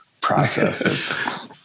process